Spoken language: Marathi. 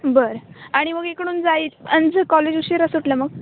बरं आणि मग इकडून जाई अनूचं कॉलेज उशीरा सुटलं मग